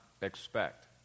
expect